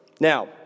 Now